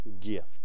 gift